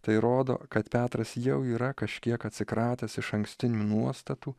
tai rodo kad petras jau yra kažkiek atsikratęs išankstinių nuostatų